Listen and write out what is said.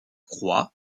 croix